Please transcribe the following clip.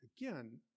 Again